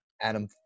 Adam